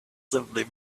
simply